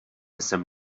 jsem